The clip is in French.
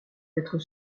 d’être